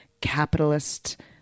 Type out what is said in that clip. capitalist